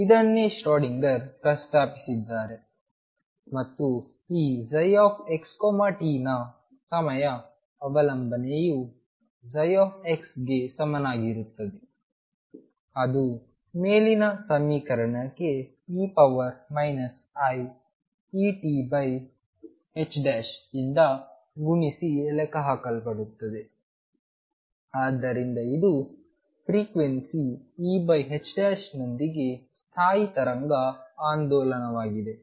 ಇದನ್ನೇ ಶ್ರೊಡಿಂಗರ್Schrödinger ಪ್ರಸ್ತಾಪಿಸಿದ್ದಾರೆ ಮತ್ತು ಈ ψxt ನ ಸಮಯ ಅವಲಂಬನೆಯು ψ ಗೆ ಸಮನಾಗಿರುತ್ತದೆ ಅದು ಮೇಲಿನ ಸಮೀಕರಣಕ್ಕೆ e iEt ಇಂದಗುಣಿಸಿ ಲೆಕ್ಕಹಾಕಲ್ಪಡುತ್ತದೆ ಆದ್ದರಿಂದ ಇದು ಫ್ರಿಕ್ವೆನ್ಸಿ E ನೊಂದಿಗೆ ಸ್ಥಾಯಿ ತರಂಗ ಆಂದೋಲನವಾಗಿದೆ